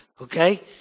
okay